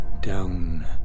down